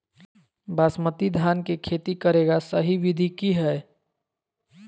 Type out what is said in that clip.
बासमती धान के खेती करेगा सही विधि की हय?